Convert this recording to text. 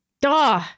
Duh